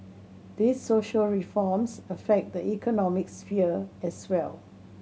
these social reforms affect the economic sphere as well